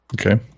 Okay